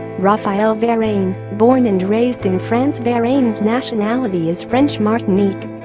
raphael varane born and raised in francevarane's nationality is french martinique